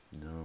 No